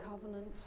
covenant